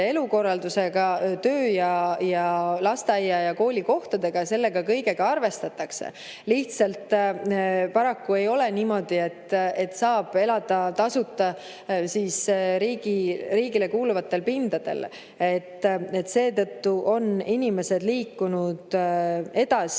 elukorraldusega, töö‑ ja lasteaia‑ ja koolikohtadega – selle kõigega arvestatakse. Lihtsalt paraku ei ole niimoodi, et saab elada tasuta riigile kuuluvatel pindadel. Seetõttu on inimesed liikunud edasi.